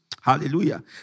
Hallelujah